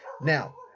Now